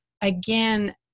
again